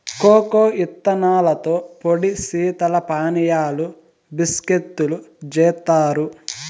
cocoa ఇత్తనాలతో పొడి శీతల పానీయాలు, బిస్కేత్తులు జేత్తారు